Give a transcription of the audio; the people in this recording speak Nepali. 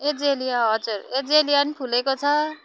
एजेलिया हजुर एजेलिया पनि फुलेको छ